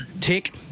Tick